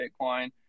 Bitcoin